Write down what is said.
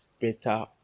better